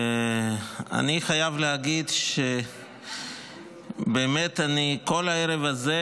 אני חייב להגיד שאני באמת תמה כל הערב הזה